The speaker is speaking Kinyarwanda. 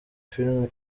film